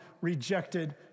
rejected